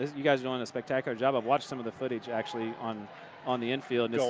you guys are doing a spectacular job. i've watched some of the footage actually on on the infield.